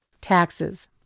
Taxes